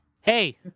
Hey